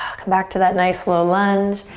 come back to that nice low lunge.